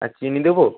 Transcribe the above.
আর চিনি দেবো